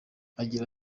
agira